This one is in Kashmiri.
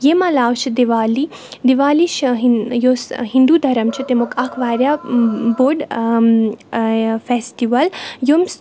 ییٚمہِ علاوٕ چھِ دیوالی دیوالی چھِ ہِن یۄس ہِنٛدوٗ دَھرم چھِ تمیُک اَکھ واریاہ بوٚڈ فیسٹِوَل یِم